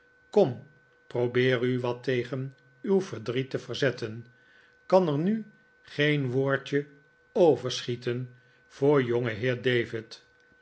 kom probeer u wat tegen uw verdriet te verzetten kan er nu geen woordje overschieten voor jongenheer david